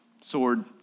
sword